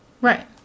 Right